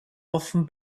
offen